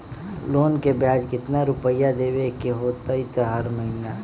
Loan के ब्याज कितना रुपैया देबे के होतइ हर महिना?